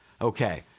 Okay